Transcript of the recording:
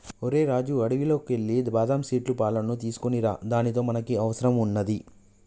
ఓరై రాజు అడవిలోకి ఎల్లి బాదం సీట్ల పాలును తీసుకోనిరా దానితో మనకి అవసరం వున్నాది